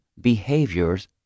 behaviors